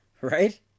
Right